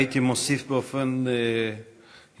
הייתי מוסיף באופן אישי,